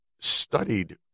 studied